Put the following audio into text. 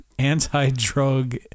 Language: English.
anti-drug